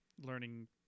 learning